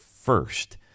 first